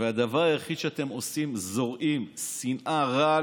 והדבר היחיד שאתם עושים, זורעים שנאה, רעל